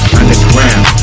Underground